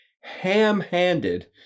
ham-handed